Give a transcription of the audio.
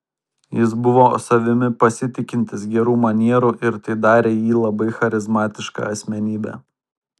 jis buvo savimi pasitikintis gerų manierų ir tai darė jį labai charizmatiška asmenybe